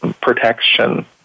protection